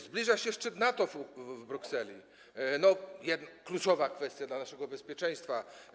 Zbliża się szczyt NATO w Brukseli, kluczowa kwestia dla naszego bezpieczeństwa.